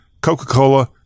Coca-Cola